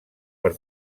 per